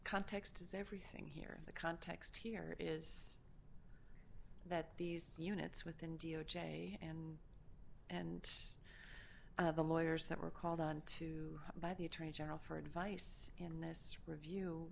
context is everything here the context here is that these units within d o j and and the lawyers that were called on to by the attorney general for advice in this review